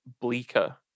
bleaker